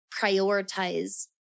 prioritize